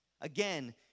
Again